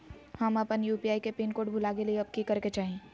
हम अपन यू.पी.आई के पिन कोड भूल गेलिये हई, अब की करे के चाही?